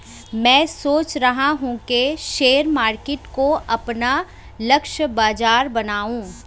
मैं सोच रहा हूँ कि शेयर मार्केट को अपना लक्ष्य बाजार बनाऊँ